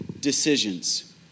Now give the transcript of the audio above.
decisions